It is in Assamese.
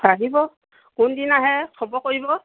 আহিব কোন দিনা আহে খবৰ কৰিব